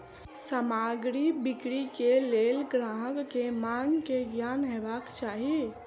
सामग्री बिक्री के लेल ग्राहक के मांग के ज्ञान हेबाक चाही